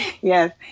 yes